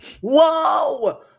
Whoa